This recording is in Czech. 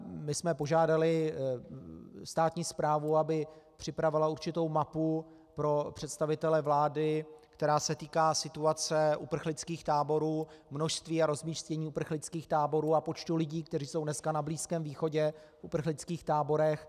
My jsme požádali státní správu, aby připravila určitou mapu pro představitele vlády, která se týká situace uprchlických táborů, množství a rozmístění uprchlických táborů a počtu lidí, kteří jsou dneska na Blízkém východě v uprchlických táborech.